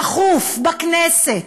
דחוף בכנסת,